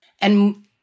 And-